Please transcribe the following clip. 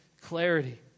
clarity